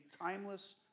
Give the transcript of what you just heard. timeless